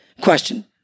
question